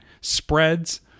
spreads